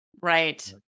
right